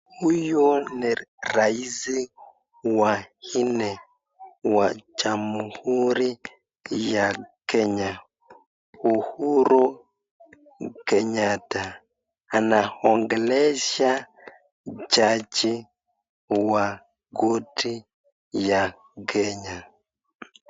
Huyu ni rais wa nne wa jamhuri ya Kenya, Uhuru Kenyatta anaongelesha jaji wa koti ya Kenya.